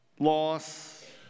Loss